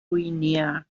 guinea